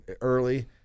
early